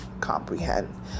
comprehend